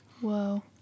Whoa